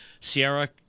Sierra